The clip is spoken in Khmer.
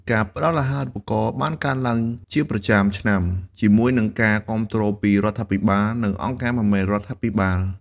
ការផ្តល់អាហារូបករណ៍បានកើនឡើងជាប្រចាំឆ្នាំ ជាមួយនឹងការគាំទ្រពីរដ្ឋាភិបាល និងអង្គការមិនមែនរដ្ឋាភិបាល។